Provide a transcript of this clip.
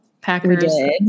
Packers